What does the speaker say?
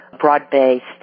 broad-based